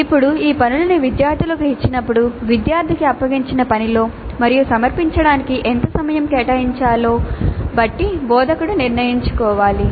ఇప్పుడు ఈ పనులను విద్యార్థులకు ఇచ్చినప్పుడు విద్యార్థికి అప్పగించిన పనిలో మరియు సమర్పించడానికి ఎంత సమయం కేటాయించాలో బట్టి బోధకుడు నిర్ణయించుకోవాలి